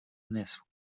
نصفه